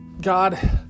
God